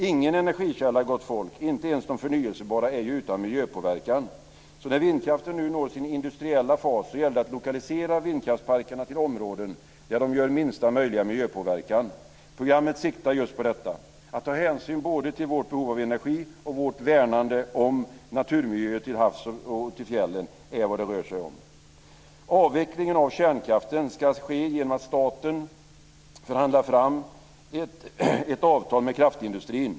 Ingen energikälla, gott folk, inte ens de förnyelsebara, är utan miljöpåverkan. När vindkraften nu når sin industriella fas gäller det att lokalisera vindkraftsparkerna till områden där de orsakar minsta möjliga miljöpåverkan. Programmet siktar just på detta. Att ta hänsyn både till vårt behov av energi och vårt värnande om naturmiljöer till havs och i fjällen är vad det rör sig om. Avvecklingen av kärnkraften ska ske genom att staten förhandlar fram ett avtal med kraftindustrin.